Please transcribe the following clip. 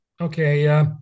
Okay